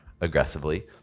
aggressively